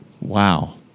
Wow